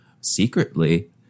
secretly